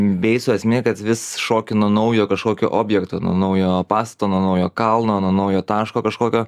beiso esmė kad vis šoki nuo naujo kažkokio objekto nuo naujo pastato nuo naujo kalnonuo naujo taško kažkokio